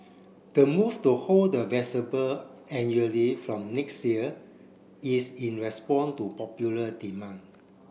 the move to hold the annually from next year is in respond to popular demand